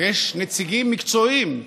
ויש נציגים מקצועיים,